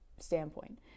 standpoint